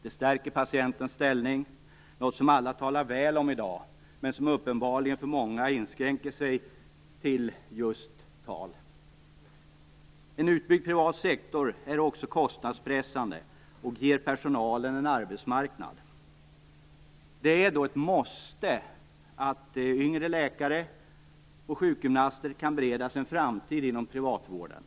Det stärker patientens ställning, något som alla talar väl om i dag men som uppenbarligen för många inskränker sig till just tal. En utbyggd privat sektor är också kostnadspressande och ger personalen en arbetsmarknad. Det är då ett måste att yngre läkare och sjukgymnaster kan beredas en framtid inom privatvården.